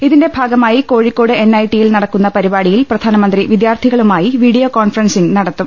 ഇതിന്റെ ഭാഗമായി Kozhikode N I T യിൽ നടക്കുന്ന പരിപാടിയിൽ പ്രധാനമന്ത്രി വിദ്യാർത്ഥി കളുമായി വീഡിയോ കോൺഫറൻസിങ് നടത്തും